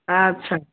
ଆଚ୍ଛା